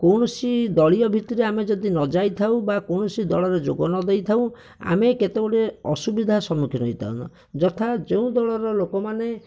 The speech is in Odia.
କୌଣସି ଦଳୀୟ ଭିତରେ ଆମେ ଯଦି ନ ଯାଇଥାଉ ବା କୌଣସି ଦଳରେ ଯୋଗ ନ ଦେଇଥାଉ ଆମେ କେତେ ଗୁଡ଼େ ଅସୁବିଧା ସମ୍ମୁଖୀନ ହେଇଥାଉ ଯଥା ଯେଉଁ ଦଳର ଲୋକମାନେ